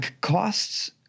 Costs